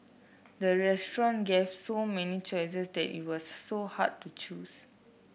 the restaurant gave so many choices that it was so hard to choose